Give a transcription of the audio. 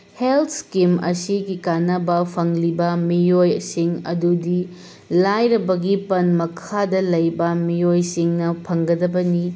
health scheme ꯑꯁꯤꯒꯤ ꯀꯥꯟꯅꯕ ꯐꯪꯂꯤꯕ ꯃꯤꯑꯣꯏꯁꯤꯡ ꯑꯗꯨꯗꯤ ꯂꯥꯏꯔꯕꯒꯤ ꯄꯟ ꯃꯈꯥꯗ ꯂꯩꯕ ꯃꯤꯑꯣꯏꯁꯤꯡꯅ ꯐꯪꯒꯗꯕꯅꯤ